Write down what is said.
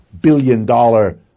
billion-dollar